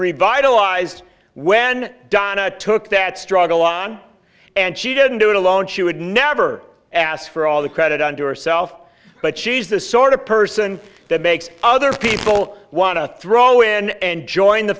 revitalized when donna took that struggle on and she didn't do it alone she would never ask for all the credit unto herself but she's the sort of person that makes other people want to throw in and join the